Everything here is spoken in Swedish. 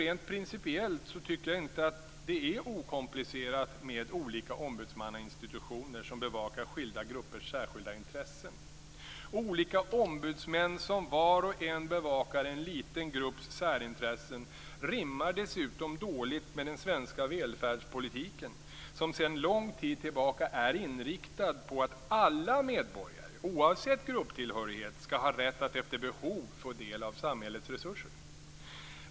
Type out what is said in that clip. Rent principiellt tycker jag inte att det är okomplicerat med olika ombudsmannainstitutioner som bevakar skilda gruppers särskilda intressen. Olika ombudsmän som var och en bevakar en liten grupps särintressen rimmar dessutom dåligt med den svenska välfärdspolitiken, som sedan lång tid tillbaka är inriktad på att alla medborgare oavsett grupptillhörighet ska ha rätt att efter behov få del av samhällets resurser.